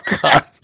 God